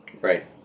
Right